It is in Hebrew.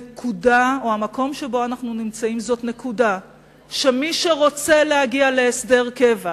המקום שבו אנו נמצאים הוא נקודה שמי שרוצה להגיע להסדר קבע,